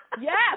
Yes